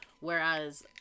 whereas